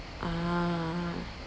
ah